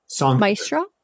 Maestro